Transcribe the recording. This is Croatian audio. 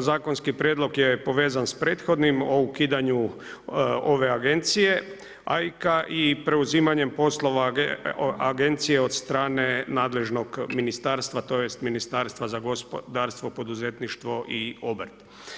zakonski prijedlog je povezan s prethodnim o ukidanju ove agencije, … i preuzimanje poslova agencija od strane nadležnog ministarstva, tj. Ministarstva za gospodarstvo, poduzetništvo i obrt.